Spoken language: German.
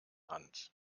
hand